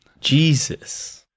Jesus